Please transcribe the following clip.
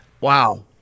Wow